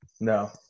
No